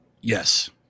Yes